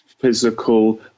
physical